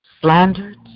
slandered